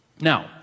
Now